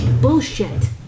bullshit